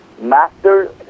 master